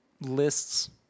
lists